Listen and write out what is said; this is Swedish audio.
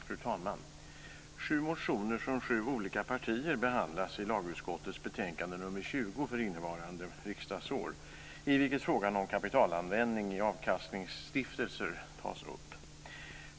Fru talman! Sju motioner från sju olika partier behandlas i lagutskottets betänkande nr 20 för innevarande riksdagsår, i vilket frågan om kapitalanvändning i avkastningsstiftelser tas upp.